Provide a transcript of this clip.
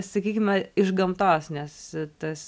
sakykime iš gamtos nes tas